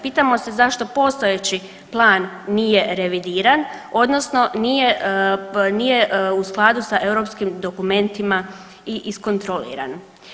Pitamo se zašto postojeći plan nije revidiran odnosno nije, nije u skladu s europskim dokumentima i iskontroliran.